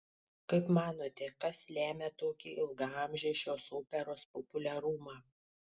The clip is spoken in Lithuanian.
kaip manote kas lemia tokį ilgaamžį šios operos populiarumą